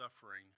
suffering